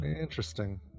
Interesting